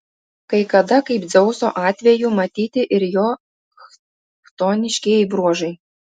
kai kada kaip dzeuso atveju matyti ir jo chtoniškieji bruožai